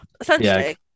essentially